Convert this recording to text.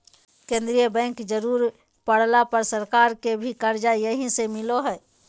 केंद्रीय बैंक जरुरी पड़ला पर सरकार के भी कर्जा यहीं से मिलो हइ